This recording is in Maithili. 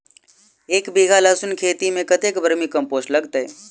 एक बीघा लहसून खेती मे कतेक बर्मी कम्पोस्ट लागतै?